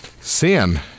Sin